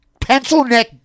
pencil-neck